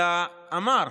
אלא אמר,